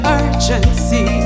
urgency